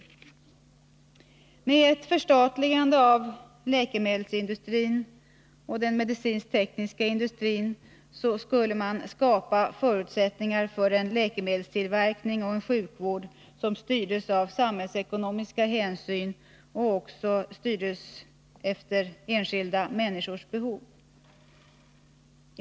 Om man förstatligade läkemedelsindustrin och den medicinsk-tekniska industrin skulle förutsättningar skapas för en läkemedelstillverkning och en sjukvård som styrdes av samhällsekonomiska hänsyn och enskilda människors behov.